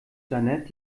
jeanette